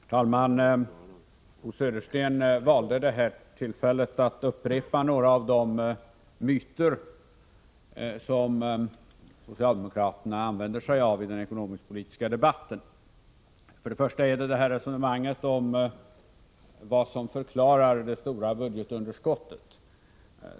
Herr talman! Bo Södersten valde det här tillfället för att upprepa några av de myter som socialdemokraterna använder sig av i den ekonomisk-politiska debatten. Det gäller först resonemanget om vad som förklarar det stora budgetunderskottet.